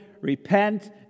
Repent